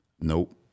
Nope